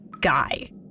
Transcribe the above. guy